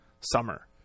summer